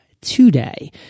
today